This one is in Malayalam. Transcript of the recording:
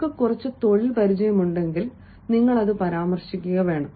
നിങ്ങൾക്ക് കുറച്ച് തൊഴിൽ പരിചയമുണ്ടെങ്കിൽ നിങ്ങൾ പരാമർശിക്കുകയും വേണം